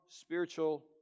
spiritual